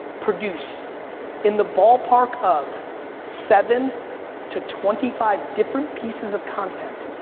produce in the ballpark of seven to twenty five different pieces of content